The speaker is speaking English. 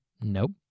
Nope